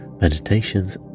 meditations